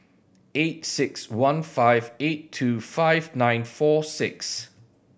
eight six one five eight two five nine four six